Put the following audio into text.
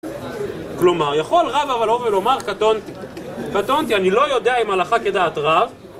כלומר, יכול רבא לבוא ולומר קטונתי. קטונתי, אני לא יודע אם הלכה כדעת רב